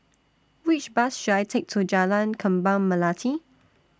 Which Bus should I Take to Jalan Kembang Melati